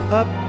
up